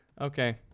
Okay